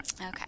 okay